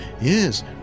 Yes